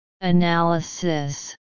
Analysis